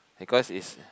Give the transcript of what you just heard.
because it's